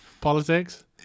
politics